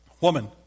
Woman